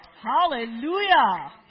hallelujah